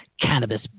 Cannabis